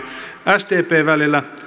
sdpn välillä